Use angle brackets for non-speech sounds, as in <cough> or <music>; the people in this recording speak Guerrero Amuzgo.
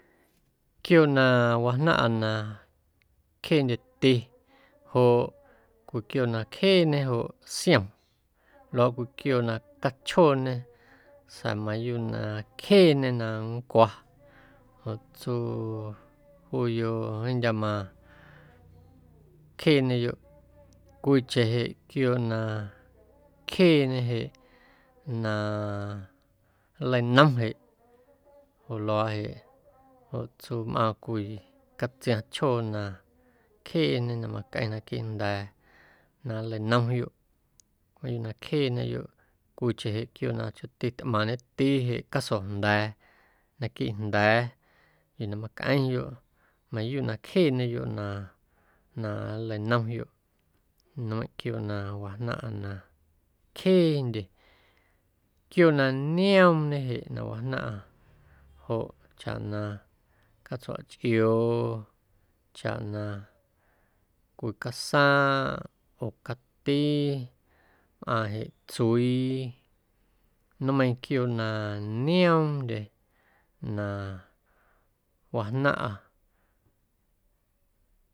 Quiooꞌ na wajnaⁿꞌa na cjeendyeti <noise> joꞌ cwii quiooꞌ na cjeeñe joꞌ siom luaaꞌ cwii quiooꞌ na cachjooñe sa̱a̱ mayuuꞌ na cjeeñe na nncwa <noise> joꞌ tsuu juuyoꞌ jeeⁿndyaꞌ ma cjeeñeyoꞌ, cwiicheⁿ jeꞌ quiooꞌ na cjeeñe jeꞌ na nleinom jeꞌ <noise> jo luaaꞌ jeꞌ joꞌ tsuu mꞌaaⁿ cwii catsiaⁿchjoo na cjeeñe na macꞌeⁿ naquiiꞌ jnda̱a̱ na nleinomyoꞌ mayuuꞌ na cjeeñeyoꞌ, cwiicheⁿ jeꞌ quioo na cjooti tꞌmaaⁿñeti jeꞌ casojnda̱a̱ naquiiꞌ jnda̱a̱ yuu na macꞌeⁿyoꞌ mayuuꞌ na cjeeñeyoꞌ na na nleinomyoꞌ nueⁿꞌ quiooꞌ na wajnaⁿꞌa na cjeendye. Quiooꞌ na nioomñe jeꞌ na wajnaⁿꞌa joꞌ chaꞌ na catsuachꞌioo, chaꞌ na cwii casaaⁿꞌ oo cati mꞌaaⁿ jeꞌ tsuii nmeiiⁿ quiooꞌ na nioomndye na wajnaⁿꞌa.